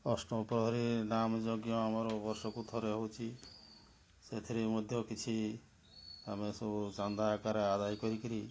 ଅଷ୍ଟପ୍ରହରୀ ନାମ ଯଜ୍ଞ ଆମର ବର୍ଷକୁ ଥରେ ହେଉଛି ସେଥିରେ ମଧ୍ୟ କିଛି ଆମେ ସବୁ ଚାନ୍ଦା ଆକାରରେ ଆଦାୟ କରିକିରି